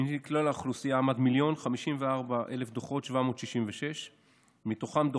בכל האוכלוסייה היה 1,540,766 דוחות.